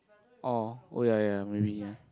oh oh ya ya ya maybe ya